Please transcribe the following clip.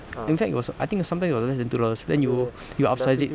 in fact it was I think something it was less than two dollars then you you upsize it